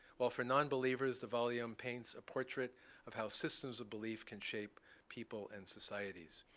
while for nonbelievers, the volume paints a portrait of how systems of belief can shape people and societies.